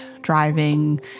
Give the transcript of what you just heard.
driving